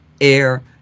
air